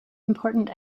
important